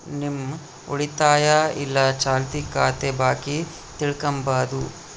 ನಿಮ್ಮ ಉಳಿತಾಯ ಇಲ್ಲ ಚಾಲ್ತಿ ಖಾತೆ ಬಾಕಿ ತಿಳ್ಕಂಬದು